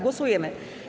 Głosujemy.